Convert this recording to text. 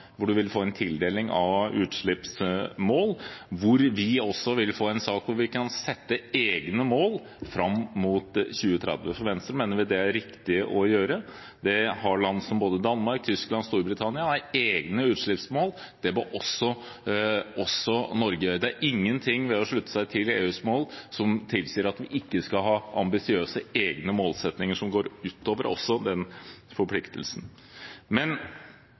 hvor EU tildeler, og man vil få en tildeling av utslippsmål. Vi vil også få en sak hvor vi kan sette egne mål fram mot 2030. Venstre mener det er riktig å gjøre. Land som Danmark, Tyskland og Storbritannia har egne utslippsmål, det må også Norge ha. Det er ingenting ved å slutte seg til EUs mål som tilsier at vi ikke skal ha ambisiøse egne målsettinger som går utover også den forpliktelsen. Men